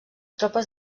tropes